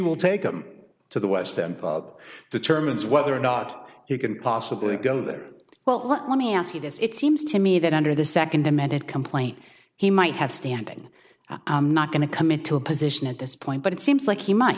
will take him to the west then determines whether or not you can possibly go that well let me ask you this it seems to me that under the second amended complaint he might have standing i'm not going to commit to a position at this point but it seems like he might